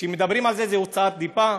כשמדברים על זה זו הוצאת דיבה.